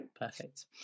perfect